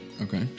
Okay